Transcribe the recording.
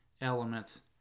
elements